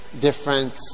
different